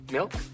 Milk